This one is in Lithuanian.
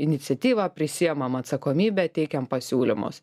iniciatyvą prisiimam atsakomybę teikiam pasiūlymus